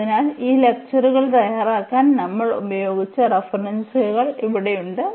അതിനാൽ ഈ ലെക്ചറുകൾ തയ്യാറാക്കാൻ നമ്മൾ ഉപയോഗിച്ച റഫറൻസുകൾ ഇവിടെയുണ്ട്